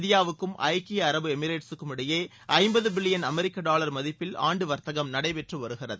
இந்தியாவுக்கும் ஐக்கிய அரபு எமிரேட்ஸூக்கும் இடையே ஐம்பது பில்லியன் அமெரிக்க டாவர் மதிப்பில் ஆண்டு வர்த்தகம் நடைபெற்று வருகிறது